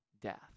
death